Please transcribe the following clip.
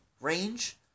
range